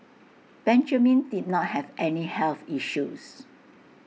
Benjamin did not have any health issues